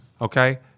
Okay